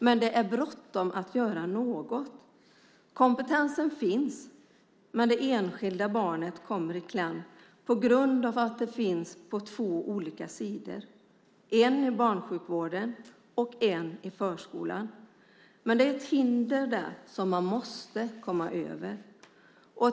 Men det är bråttom att göra något. Kompetensen finns, men det enskilda barnet kommer i kläm på grund av att det finns på två olika sidor, den ena är barnsjukvården och den andra är förskolan. Men det finns ett hinder där som man måste komma över.